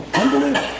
Unbelievable